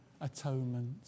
atonement